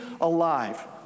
alive